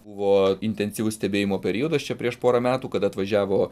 buvo intensyvus stebėjimo periodas čia prieš porą metų kada atvažiavo